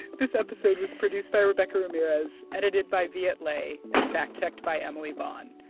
this episode was produced by rebecca ramirez, edited by viet le and fact-checked by emily vaughn.